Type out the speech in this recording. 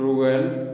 Trueware